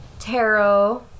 Tarot